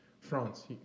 France